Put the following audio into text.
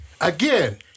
again